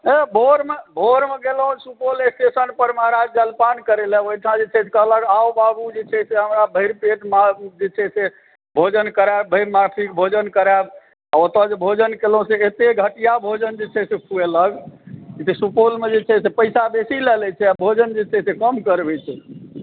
एह भोरमे भोरमे गेलहुँ सुपौल स्टेशन पर महराज जलपान करै लए ओहिठाम जे छै से कहलक आउ बाबू जे छै से हमरा भरि पेट माछ जे छै से भोजन करायब ओतऽ जे भोजन केलहुँ से एते घटिआ भोजन जे छै से खुएलक सुपौलमे जे छै से पैसा बेसी लए लै छै आ भोजन जे छै से कम करबैत छै